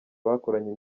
bakoranye